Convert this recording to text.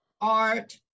art